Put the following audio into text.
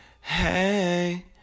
hey